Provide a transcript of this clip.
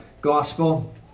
gospel